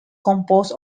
composed